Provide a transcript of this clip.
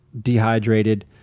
dehydrated